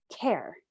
care